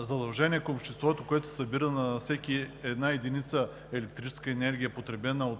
задължение към обществото, което се събира на всяка една единица електрическа енергия, потребена